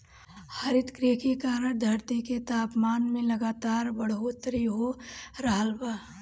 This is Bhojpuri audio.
हरितगृह के कारण धरती के तापमान में लगातार बढ़ोतरी हो रहल बा